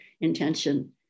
intention